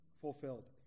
fulfilled